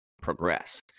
progress